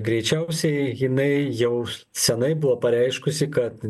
greičiausiai jinai jau senia buvo pareiškusi kad